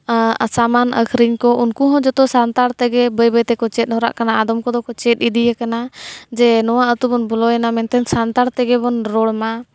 ᱥᱟᱢᱟᱱ ᱟᱹᱠᱷᱨᱤᱧ ᱠᱚ ᱩᱱᱠᱩ ᱦᱚᱸ ᱡᱚᱛᱚ ᱥᱟᱱᱛᱟᱲ ᱛᱮᱜᱮ ᱵᱟᱹᱭ ᱵᱟᱹᱭ ᱛᱮᱠᱚ ᱪᱮᱫ ᱦᱚᱨᱟᱜ ᱠᱟᱱᱟ ᱟᱫᱚᱢ ᱠᱚᱫᱚ ᱠᱚ ᱪᱮᱫ ᱤᱫᱤᱭᱟᱠᱟᱱᱟ ᱡᱮ ᱱᱚᱣᱟ ᱟᱹᱛᱩ ᱵᱚᱱ ᱵᱚᱞᱚᱭᱮᱱᱟ ᱢᱮᱱᱛᱮ ᱥᱟᱱᱛᱟᱲ ᱛᱮᱜᱮ ᱵᱚᱱ ᱨᱚᱲᱢᱟ